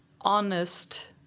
honest